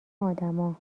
آدما